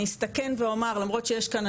אני אסתכן ואומר למרות שיש כאן,